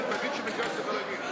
חיליק, ועדת הכנסת.